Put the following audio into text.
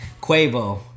Quavo